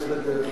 עם כאלה ידידים,